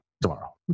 Tomorrow